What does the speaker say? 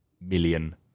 million